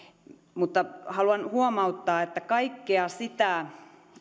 mutta haluan huomauttaa että kaikkea sitä